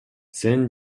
сен